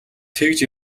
тэгж